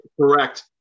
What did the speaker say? Correct